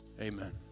amen